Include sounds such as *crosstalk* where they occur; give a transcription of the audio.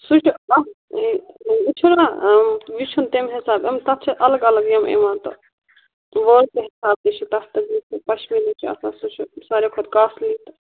سُہ چھُ اَکھ *unintelligible* وٕچھو نہ یہِ چھُنہٕ تَمہِ حِساب یِم تَتھ چھُ الگ الگ یِم یِوان تہٕ *unintelligible* پشمیٖنٕکۍ آسان سُہ چھُ ساروٕے کھۄتہٕ کاسٹلی تہٕ